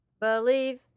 Believe